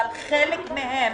אבל חלק מהן